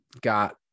got